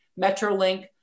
Metrolink